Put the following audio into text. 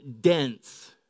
dense